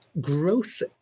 growth